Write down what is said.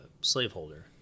slaveholder